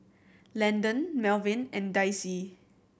Landen Melvyn and Daisie